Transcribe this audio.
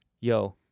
Yo